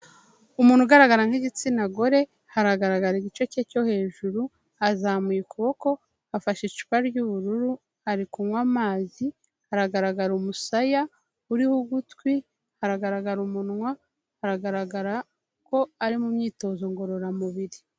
Umuntu ugaragara nk'igitsina gore haragaragara igice cye cyo hejuru, azamuye ukuboko, afashe icupa ry'ubururu ari kunywa amazi, haragaragara umusaya uriho ugutwi haragaragara umunwa, hagaragara ko ari mu myitozo ngororamubiri.